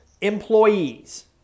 employees